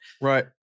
Right